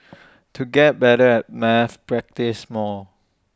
to get better at maths practise more